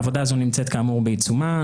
העבודה הזאת נמצאת, כאמור, בעיצומה.